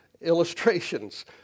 illustrations